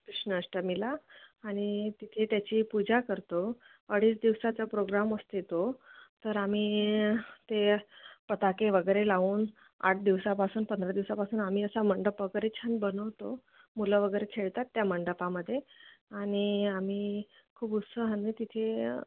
कृष्णष्टमीला आणि तिथे त्याची पूजा करतो अडीच दिवसाचा प्रोग्राम असते तो तर आम्ही ते पताके वगैरे लावून आठ दिवसापासून पंधरा दिवसापासून आम्ही असा मंडप वगैरे छान बनवतो मुलं वगैरे खेळतात त्या मंडपामध्ये आणि आम्ही खूप उत्साहाने तिथे